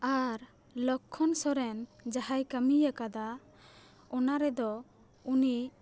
ᱟᱨ ᱞᱚᱠᱷᱚᱱ ᱥᱚᱨᱮᱱ ᱡᱟᱦᱟᱸᱭ ᱠᱟᱹᱢᱤ ᱟᱠᱟᱫᱟ ᱚᱱᱟ ᱨᱮᱫᱚ ᱩᱱᱤ